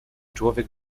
człowiek